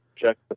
check